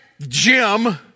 Jim